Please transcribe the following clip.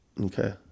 Okay